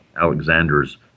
Alexander's